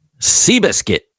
Seabiscuit